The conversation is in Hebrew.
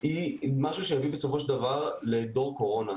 זה יביא בסופו של דבר לדור קורונה.